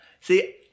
See